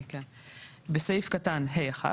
(ה)בסעיף קטן (ה)(1),